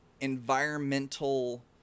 environmental